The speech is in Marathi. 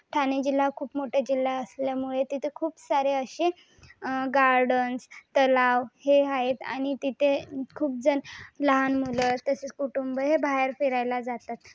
ठाणे जिल्हा खूप मोठा जिल्हा असल्यामुळे तिथे खूप सारे असे गार्डन्स तलाव हे आहेत आणि तिथे खूपजण लहान मुलं तसेच कुटुंब हे बाहेर फिरायला जातात